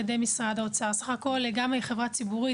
בסך הכל, גמא היא חברה ציבורית.